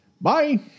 Bye